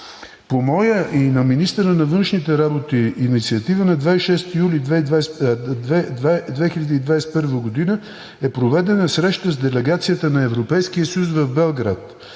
По моя и на министъра на външните работи инициатива на 26 юли 2021 г. е проведена среща с делегацията на Европейския съюз в Белград